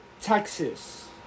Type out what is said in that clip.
Texas